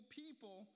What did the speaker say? people